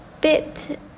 bit